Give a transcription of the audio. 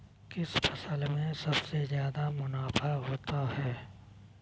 किस फसल में सबसे जादा मुनाफा होता है?